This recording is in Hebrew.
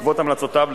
ובעקבות המלצותיו,